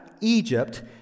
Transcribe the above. Egypt